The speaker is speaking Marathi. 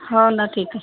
हो ना ठीक आहे